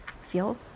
feel